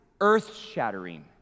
earth-shattering